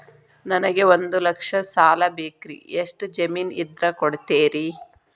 ನನಗೆ ಒಂದು ಲಕ್ಷ ಸಾಲ ಬೇಕ್ರಿ ಎಷ್ಟು ಜಮೇನ್ ಇದ್ರ ಕೊಡ್ತೇರಿ?